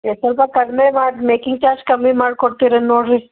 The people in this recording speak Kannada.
ಎ ಸ್ವಲ್ಪ ಕಡಿಮೆ ಮಾಡಿ ಮೇಕಿಂಗ್ ಚಾರ್ಜ್ ಕಮ್ಮಿ ಮಾಡ್ಕೊಡ್ತಿರೇನು ನೋಡಿ ರೀ